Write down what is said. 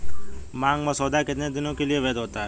मांग मसौदा कितने दिनों के लिए वैध होता है?